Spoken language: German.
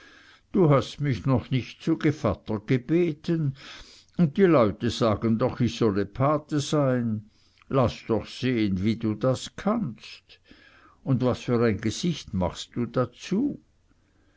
du hast mich noch nicht zu gevatter gebeten und die leute sagen doch ich solle pate sein laß doch sehen wie kannst du das und was für ein gesicht machst du dazu